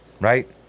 right